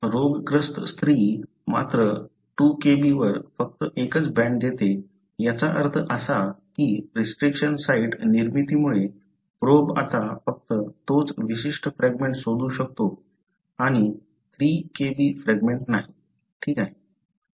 रोगग्रस्त स्त्री मात्र 2 Kb वर फक्त एकच बँड देते याचा अर्थ असा की रिस्ट्रिक्शन साइट निर्मितीमुळे प्रोब आता फक्त तोच विशिष्ट फ्रॅगमेंट शोधू शकतो आणि 3 Kb फ्रॅगमेंट नाही ठीक आहे